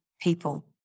people